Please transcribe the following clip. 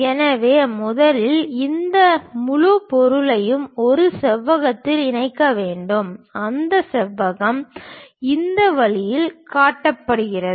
எனவே முதலில் இந்த முழு பொருளையும் ஒரு செவ்வகத்தில் இணைக்க வேண்டும் அந்த செவ்வகம் இந்த வழியில் காட்டப்படுகிறது